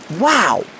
Wow